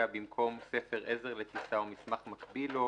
שבמקום "ספר עזר לטיסה או מסמך מקביל לו",